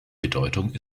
bedeutung